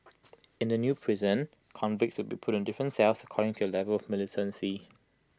in the new prison convicts will be put in different cells according to their level of militancy